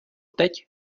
teď